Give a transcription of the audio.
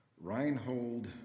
Reinhold